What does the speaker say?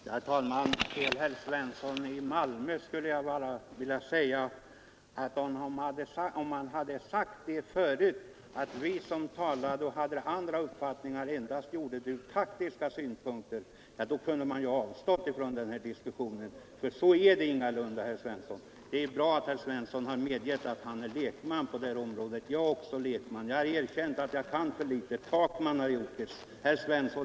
Herr talman! Till herr Svensson i Malmö skulle jag bara vilja säga att om han litet tidigare hade påstått att vi som hade andra uppfattningar endast talade av taktiska skäl, kunde man ju ha avstått från att delta i den här debatten. Så är det emellertid ingalunda, herr Svensson. Det är dock bra att herr Svensson har medgett att han är lekman på detta område. Jag är också lekman; jag har erkänt att jag kan för litet, och herr Takman har gjort detsamma i sin reservation.